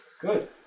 Good